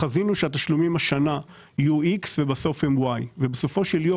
חזינו שהתשלומים השנה יהיו X ובסוף הם Y. בסופו של יום